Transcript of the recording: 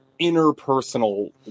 interpersonal